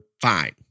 fine